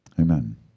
Amen